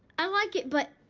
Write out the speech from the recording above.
i like it, but